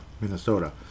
Minnesota